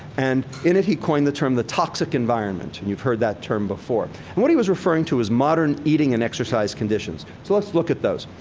and in it, he coined the term the toxic environment. and you've heard that term before. and what he was referring to was modern eating and exercise conditions. so let's look at those.